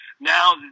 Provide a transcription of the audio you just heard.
Now